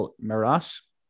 Maras